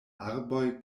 arboj